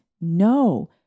no